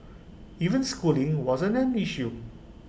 even schooling wasn't an issue